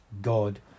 God